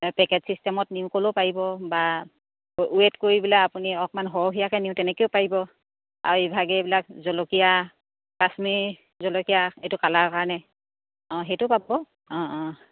packet চিষ্টেমত নিওঁ ক'লেও পাৰিব বা ৱেট কৰি পেলাই আপুনি অকণমান সৰহীয়াকৈ নিওঁ তেনেকৈও পাৰিব আৰু ইভাগে এইবিলাক জলকীয়া কাশ্মীৰ জলকীয়া এইটো কালাৰৰ কাৰণে অঁ সেইটো পাবাব অঁ অঁ